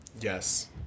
Yes